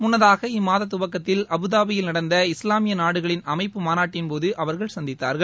முன்னதாக இம்மாத துவக்கத்தில் அபுதாபியில் நடந்த இஸ்லாமிய நாடுகளின் அமைப்பு மாநாட்டின் போது அவர்கள் சந்தித்தார்கள்